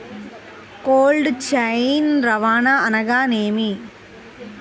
Cold chain రవాణా అనగా నేమి?